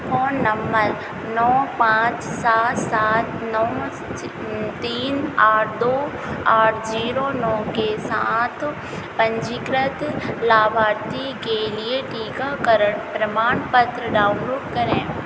phone number नौ पाँच सात सात नौ तीन आठ दो आठ जीरो नौ के साथ पंजीकृत लाभार्थी के लिये टीकाकरण प्रमाणपत्र डाउनलोड करें